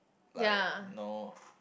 like no